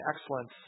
excellence